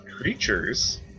creatures